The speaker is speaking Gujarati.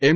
એમ